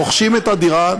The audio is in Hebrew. רוכשים את הדירה,